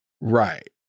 Right